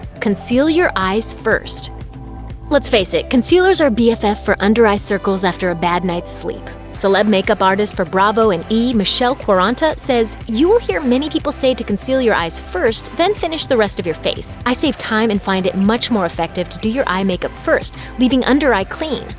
conceal your eyes first let's face it concealer's our bff for for under-eye circles after a bad night's sleep. celeb makeup artist for bravo and e! michelle quaranta says, you will hear many people say to conceal your eyes first then finish the rest of the face. i save time and find it much more effective to do your eye makeup first, leaving under-eye clean.